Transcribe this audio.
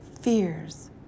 fears